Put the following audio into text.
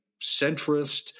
centrist